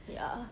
ya